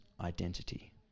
identity